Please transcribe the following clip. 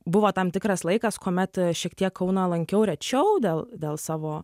buvo tam tikras laikas kuomet šiek tiek kauną lankiau rečiau dėl dėl savo